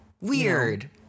Weird